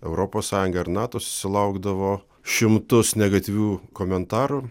europos sąjungą ir nato susilaukdavo šimtus negatyvių komentarų